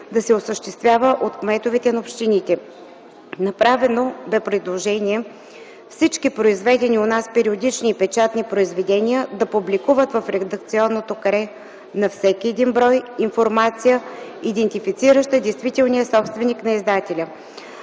да се осъществява от кметовете на общините. Направено бе предложение всички произведени у нас периодични и печатни произведения да публикуват в редакционното каре на всеки един брой информация, идентифицираща действителния собственик на издателя.